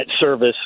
service